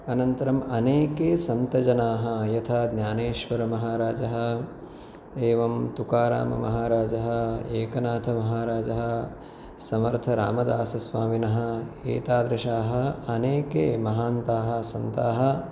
अनन्तरम् अनेके सन्तजनाः यथा ज्ञानेश्वरमहाराजः एवं तुकाराममहाराजः एकनाथमहाराजः समर्थरामदासस्वामिनः एतादृशाः अनेके महान्तः सन्ताः